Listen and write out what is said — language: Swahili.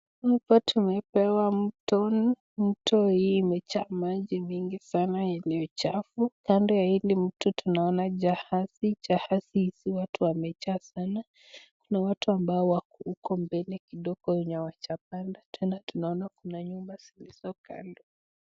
Hapa tumepewa mto, Mto hii imejaa maji mingi sana iliyo uchafu. Kando ya hii mto tunaonajahazi. Jahazi hizi watu wamejaa sana. Kuna watu huko mbele kidogo wenye hawajapanfa. Tena tunaona Kuna nyumba zilizo kando.